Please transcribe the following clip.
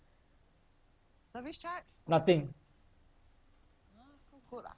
nothing